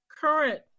current